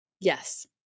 Yes